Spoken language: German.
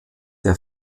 der